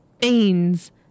beans